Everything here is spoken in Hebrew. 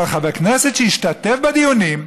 אבל חבר כנסת שהשתתף בדיונים,